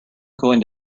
going